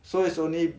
so it's only